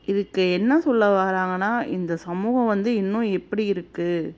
இதுக்கு என்ன சொல்ல வாராங்கன்னால் இந்த சமூகம் வந்து இன்னும் எப்படி இருக்குது